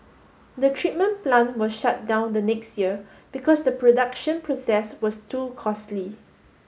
the treatment plant was shut down the next year because the production process was too costly